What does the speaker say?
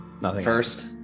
first